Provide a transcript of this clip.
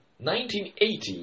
1980